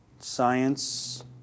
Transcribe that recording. Science